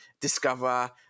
discover